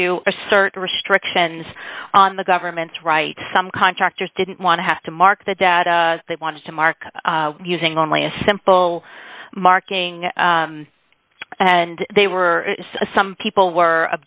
to assert restrictions on the government's rights some contractors didn't want to have to mark the data they wanted to mark using only a simple marking and they were some people were